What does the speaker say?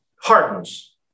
hardens